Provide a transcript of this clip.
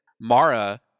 Mara